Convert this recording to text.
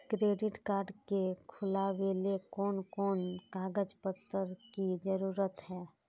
Credit card के खुलावेले कोन कोन कागज पत्र की जरूरत है?